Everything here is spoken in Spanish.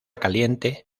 caliente